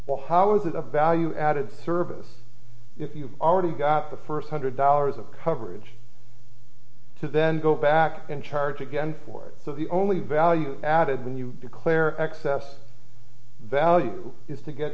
or how is it a value added service if you've already got the first hundred dollars of coverage to then go back and charge again for it so the only value added when you declare excess value is to get